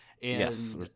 Yes